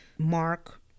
mark